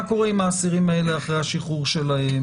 קורה עם האסירים האלה אחרי השחרור שלהם?